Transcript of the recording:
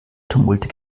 tumulte